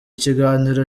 kiganiro